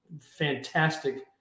fantastic